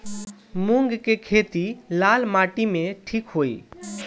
मूंग के खेती लाल माटी मे ठिक होई?